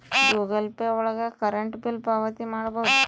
Google Pay ಒಳಗ current bill ಪಾವತಿ ಮಾಡ್ಬೋದು